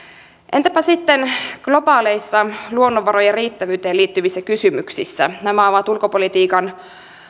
entäpä sitten globaaleissa luonnonvarojen riittävyyteen liittyvissä kysymyksissä nämä ovat ulkopolitiikan